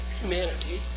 humanity